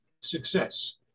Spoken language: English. success